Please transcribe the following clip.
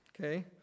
okay